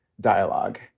dialogue